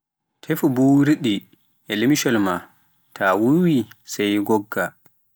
Tefu buuwirɗi e limcol maa, ta a wuwii sey ngoggaa.